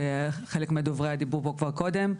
שחלק מדובריה דיברו פה כבר קודם.